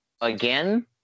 again